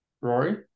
Rory